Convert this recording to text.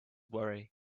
worry